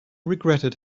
regretted